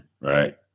Right